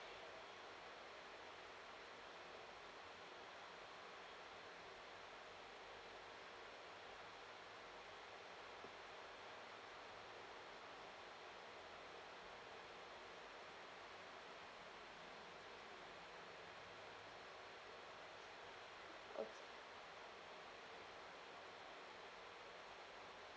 okay